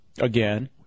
again